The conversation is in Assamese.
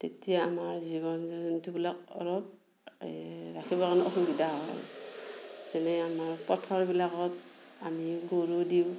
তেতিয়া আমাৰ জীৱ জন্তুবিলাক অলপ ৰাখিবৰ কাৰণে অসুবিধা হয় যেনে আমাৰ পথাৰবিলাকত আমি গৰু দিওঁ